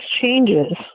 changes